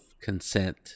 consent